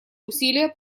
усилия